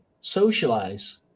socialize